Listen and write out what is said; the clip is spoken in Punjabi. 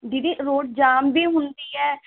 ਦੀਦੀ ਰੋੜ ਜਾਮ ਵੀ ਹੁੰਦੀ ਹੈ